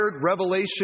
revelation